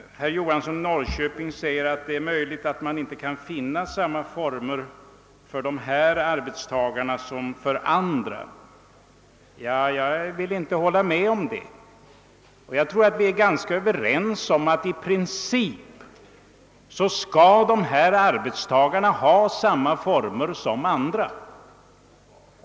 Herr Johansson i Norrköping säger att det är möjligt att man inte kan använda samma former för förmedlingen av dessa arbetstagare som för andra. Jag vill inte hålla med om det. Jag tror att flertalet är överens om att det för dessa arbetstagare bör gälla samma villkor som för andra.